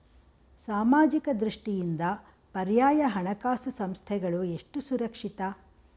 ಸಾಮಾಜಿಕ ದೃಷ್ಟಿಯಿಂದ ಪರ್ಯಾಯ ಹಣಕಾಸು ಸಂಸ್ಥೆಗಳು ಎಷ್ಟು ಸುರಕ್ಷಿತ?